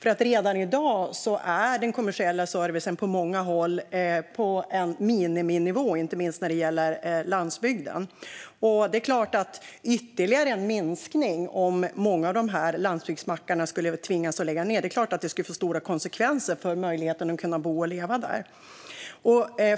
Redan i dag är den kommersiella servicen på många håll på en miniminivå, inte minst när det gäller landsbygden. Det är klart att ytterligare en minskning, om många av landsbygdsmackarna skulle tvingas lägga ned, skulle få stora konsekvenser för möjligheten att bo och leva där.